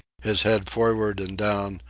his head forward and down,